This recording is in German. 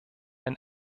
ein